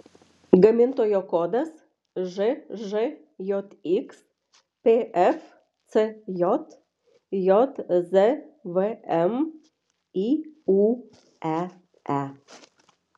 gamintojo kodas žžjx pfcj jzvm iūee